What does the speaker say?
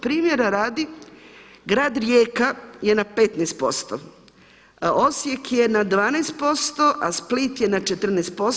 Primjera radi Grad Rijeka je na 15%, Osijek je na 12% a Split je na 14%